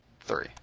three